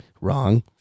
Wrong